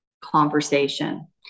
conversation